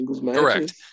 Correct